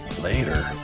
Later